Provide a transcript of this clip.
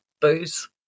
booze